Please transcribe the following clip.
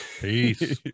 Peace